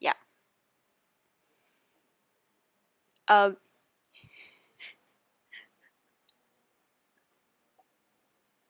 yup uh